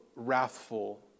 wrathful